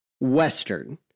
western